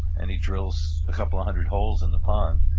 and he drills a couple hundred holes in the pond,